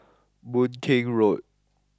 Boon Keng Road